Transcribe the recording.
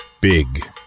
Big